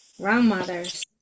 grandmothers